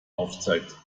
aufzeigt